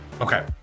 okay